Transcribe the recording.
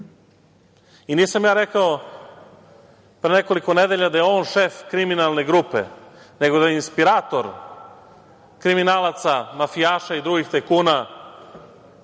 Nisam ja rekao pre nekoliko nedelja da je on šef kriminalne grupe, nego da je inspirator kriminalaca, mafijaša i drugih tajkuna